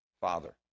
father